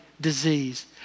disease